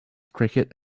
cricket